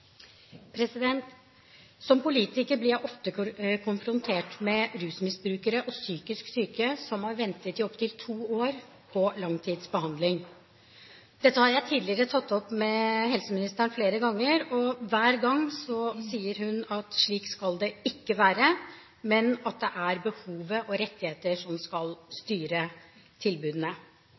psykisk syke som har ventet i opptil to år på langtidsbehandling. Dette har jeg tatt opp med helseministeren flere ganger, og hver gang sier hun at slik skal det ikke være, men at det er behov og rettigheter som skal styre tilbudene.